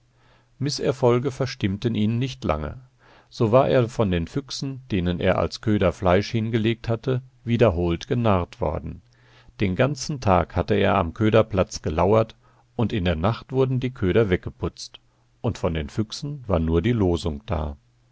mißerfolge verstimmten ihn nicht lange so war er von den füchsen denen er als köder fleisch hingelegt hatte wiederholt genarrt worden den ganzen tag hatte er am köderplatz gelauert und in der nacht wurden die köder weggeputzt und von den füchsen war nur die losung da